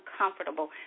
uncomfortable